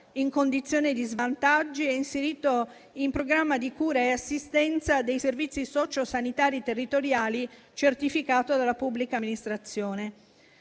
in condizione di svantaggio e inserito in programma di cure e assistenza dei servizi socio-sanitari territoriali certificato dalla pubblica amministrazione).